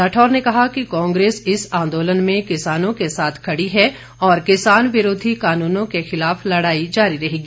राठौर ने कहा कि कांग्रेस इस आंदोलन में किसानों के साथ खड़ी है और किसान विरोधी कानूनों के खिलाफ लड़ाई जारी रहेगी